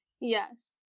yes